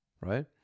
right